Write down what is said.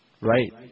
Right